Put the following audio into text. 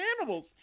animals